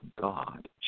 God